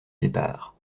départ